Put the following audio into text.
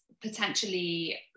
potentially